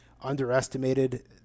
underestimated